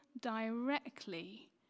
directly